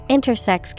Intersex